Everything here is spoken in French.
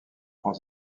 prend